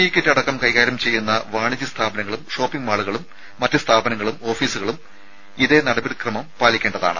E kit അടക്കം കൈകാര്യം ചെയ്യുന്ന വാണിജ്യ സ്ഥാപനങ്ങളും ഷോപ്പിംഗ് മാളുകളും മറ്റ് സ്ഥാപനങ്ങൾ ഓഫീസുകൾ എന്നിവയും ഇതേ നടപടിക്രമം പാലിക്കേണ്ടതാണ്